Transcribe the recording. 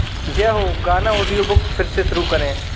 जय हो गाना audio book फिर से शुरू करें